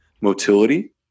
motility